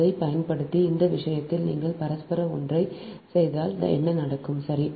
இதைப் பயன்படுத்தி அந்த விஷயத்தில் நீங்கள் பரஸ்பர ஒன்றைச் செய்தால் என்ன நடக்கும் சரி